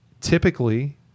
typically